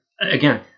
again